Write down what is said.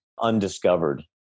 undiscovered